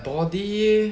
body